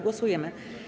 Głosujemy.